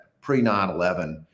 pre-9-11